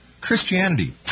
Christianity